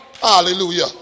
Hallelujah